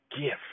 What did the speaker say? gift